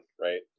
right